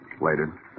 Later